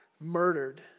murdered